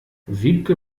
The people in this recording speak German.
wiebke